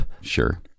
Sure